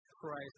Christ